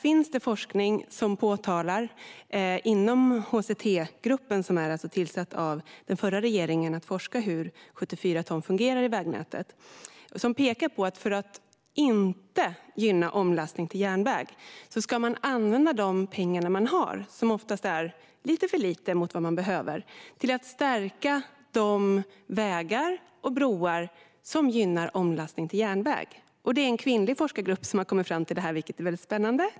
Inom HCT-gruppen, som tillsattes av den förra regeringen för att forska hur 74 ton fungerar i vägnätet, finns det forskning som pekar på att man för att inte gynna omlastning till järnväg ska använda de pengar man har - oftast är det lite för lite pengar jämfört med vad man behöver - till att stärka de vägar och broar som gynnar omlastning till järnväg. Det är en kvinnlig forskargrupp som har kommit fram till det här, vilket är väldigt spännande.